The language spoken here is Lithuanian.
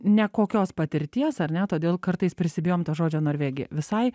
nekokios patirties ar ne todėl kartais prisibijom to žodžio norvegija visai